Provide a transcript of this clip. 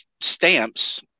stamps